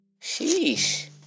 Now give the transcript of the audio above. Sheesh